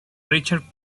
richard